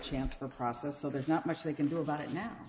chance for a process so there's not much they can do about it now